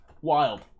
Wild